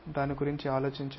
దాని గురించి ఆలోచించండి